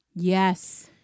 Yes